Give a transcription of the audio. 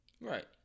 Right